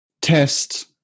test